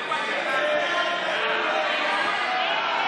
שרק היה